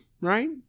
right